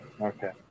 okay